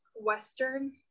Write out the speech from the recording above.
western